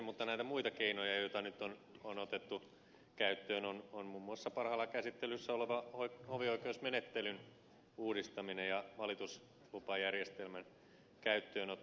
mutta näitä muita keinoja joita nyt on otettu käyttöön on muun muassa parhaillaan käsittelyssä oleva hovioikeusmenettelyn uudistaminen ja valituslupajärjestelmän käyttöönotto